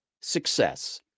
success